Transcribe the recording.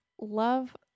love